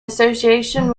association